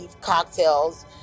cocktails